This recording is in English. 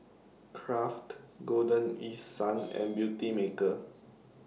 Kraft Golden East Sun and Beautymaker